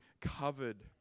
covered